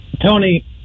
Tony